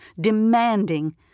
demanding